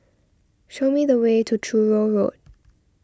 show me the way to Truro Road